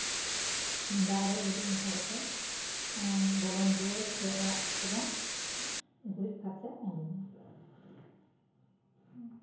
ᱫᱟᱜ ᱨᱮ ᱜᱩᱨᱤᱡ ᱢᱮᱥᱟ ᱠᱟᱛᱮ ᱵᱚᱞᱚᱱ ᱫᱩᱣᱟᱹᱨ ᱥᱮ ᱚᱲᱟᱜ ᱠᱚᱵᱚᱱ ᱜᱩᱨᱤᱡ ᱯᱷᱟᱨᱪᱟ ᱩᱰᱩᱝᱼᱟ